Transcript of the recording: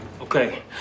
Okay